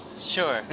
Sure